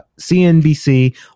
CNBC